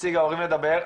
נציג ההורים ביקש לדבר,